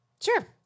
Sure